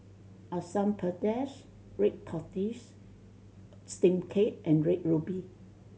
Asam Pedas red tortoise steamed cake and Red Ruby